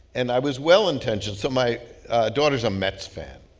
and i was well-intentioned. so my daughter's a mets fan,